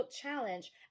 challenge